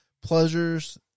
pleasures